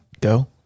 go